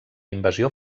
invasió